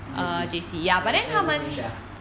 J_C 没有没有跟去 ah